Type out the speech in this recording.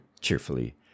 cheerfully